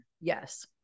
Yes